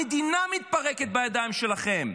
המדינה מתפרקת בידיים שלכם.